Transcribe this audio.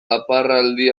aparraldi